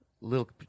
little